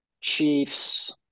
Chiefs